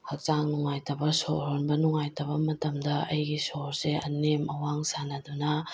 ꯍꯛꯆꯥꯡ ꯅꯨꯡꯉꯥꯏꯇꯕ ꯁꯣꯔ ꯍꯣꯟꯕ ꯅꯨꯡꯉꯥꯏꯇꯕ ꯃꯇꯝꯗ ꯑꯩꯒꯤ ꯁꯣꯔꯁꯦ ꯑꯅꯦꯝ ꯑꯋꯥꯡ ꯁꯥꯟꯅꯗꯨꯅ